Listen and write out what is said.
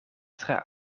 tre